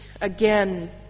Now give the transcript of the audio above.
again